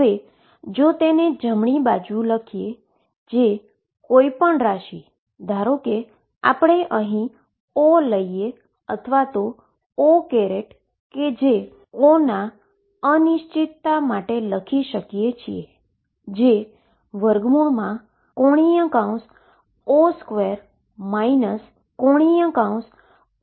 હવે જો તેને જમણી બાજુએ લખીએ જે કોઈ પણ ક્વોન્ટીટી ધારો કે આપણે અહી લઈએ O અથવા તો O કે જે O ના અનસર્ટેનીટી માટે લખી શકીએ છીએ જે ⟨O2⟩ ⟨O⟩2 બરાબર થાય છે